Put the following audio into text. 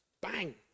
bang